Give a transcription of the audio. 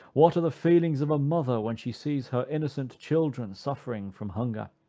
what are the feelings of a mother when she sees her innocent children suffering from hunger!